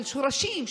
של שורשים,